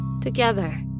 together